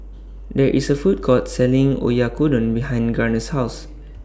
There IS A Food Court Selling Oyakodon behind Garner's House